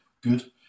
good